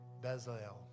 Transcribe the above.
Bezalel